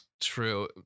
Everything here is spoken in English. True